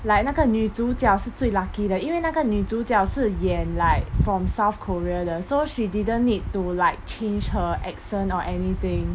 like 那个女主角是最 lucky 的因为那个女主角是演 like from south korea 的 so she didn't need to like change her accent or anything